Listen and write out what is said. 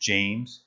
James